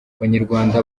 abanyarwanda